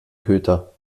köter